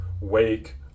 wake